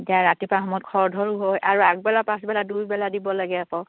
এতিয়া ৰাতিপুৱা সময়ত খৰধৰো হয় আৰু আগবেলা পাঁচবেলা দুইবেলা দিব লাগে আকৌ